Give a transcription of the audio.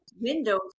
windows